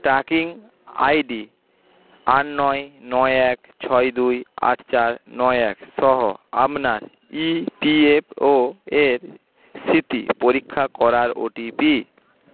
tracking ID আট নয় নয় এক ছয় দুই আট চার নয় এক সহ আপনার ইপিএফওর স্থিতি পরীক্ষা করার ওটিপি